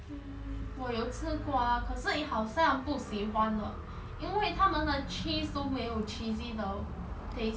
hmm 我有吃过啊可是一好像不喜欢了因为他们的 cheese 都没有 cheesy 的 taste